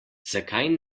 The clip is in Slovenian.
zakaj